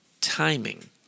timing